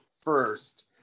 first